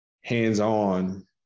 hands-on